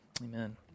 Amen